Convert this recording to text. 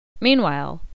Meanwhile